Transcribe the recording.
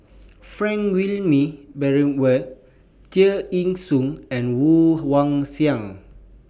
Frank Wilmin Brewer Tear Ee Soon and Woon Wah Siang